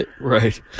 right